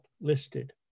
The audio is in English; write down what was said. listed